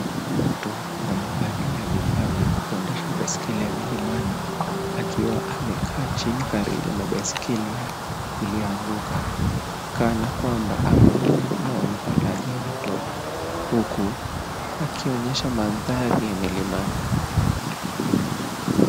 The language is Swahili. Mtu amevalia vifaa vya kuendesha besikeli ya milimani akiwa amekaa chini karibu na besikeli iliyoanguka kana kwamba ameumia au amepata ajali ndogo huku akionyesha mandhari ya milimani.